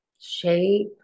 shape